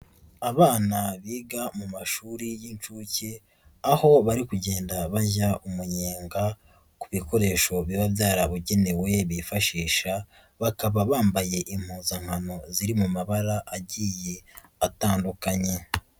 Abana biga mu mashuri y'inshuke, aho bari kugenda bajya umunyenga ku bikoresho biba byarabugenewe bifashisha, bakaba bambaye impuzankano ziri mu mabara agiye atandukanye.